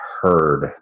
heard